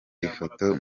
ifoto